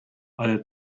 ale